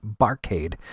barcade